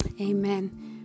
Amen